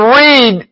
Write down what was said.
read